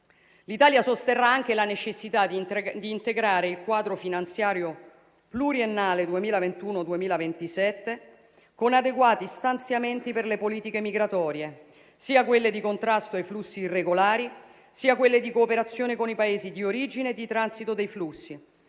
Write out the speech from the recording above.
L'Italia sosterrà anche la necessità di integrare il quadro finanziario pluriennale 2021-2027 con adeguati stanziamenti per le politiche migratorie, sia quelle di contrasto ai flussi irregolari sia quelle di cooperazione con i Paesi di origine e di transito dei flussi,